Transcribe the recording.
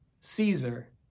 Caesar